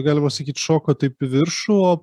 galima sakyt šoka taip į viršų o